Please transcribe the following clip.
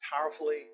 powerfully